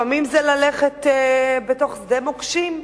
לפעמים זה ללכת בתוך שדה מוקשים,